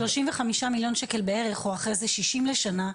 ולסכום פשוט שלושים וחמישה מיליון שקל בערך או אחרי זה שישים לשנה.